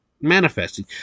manifesting